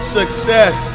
success